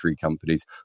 companies